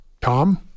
Tom